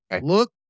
Look